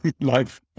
life